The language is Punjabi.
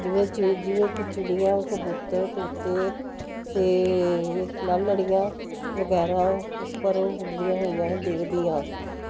ਜਿਵੇਂ ਜਿਵੇਂ ਜਿਵੇਂ ਕਿ ਚਿੜੀਆਂ ਕਬੂਤਰ ਤੋਤੇ ਅਤੇ ਲਾਲੜੀਆਂ ਵਗੈਰਾ ਉੱਪਰ ਹੁੰਦੀਆਂ ਹੋਈਆਂ ਦੇਖਦੀ ਹਾਂ